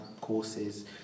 courses